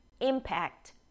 impact